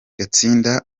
gutsinda